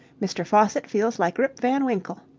mr. faucitt feels like rip van winkle.